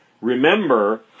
Remember